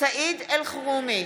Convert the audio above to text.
סעיד אלחרומי,